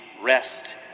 rest